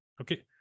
okay